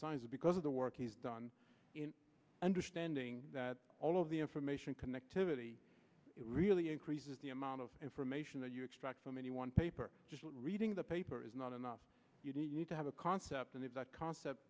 sciences because of the work he's done in understanding that all of the information connectivity it really increases the amount of information that you extract from any one paper just reading the paper is not enough you need to have a concept and if that concept